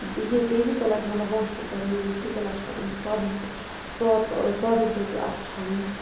بیٚیہِ بیٚیہِ ییٖژاہ لَٹہِ مطلب واشروٗم کَرِ یوٗز تیٖژاہ لَٹہِ چھِ پَتہٕ أمِس صابنہِ سۭتۍ صاف صابنہِ سۭتۍ تہِ اَتھٕ چھَلٕنۍ